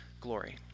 glory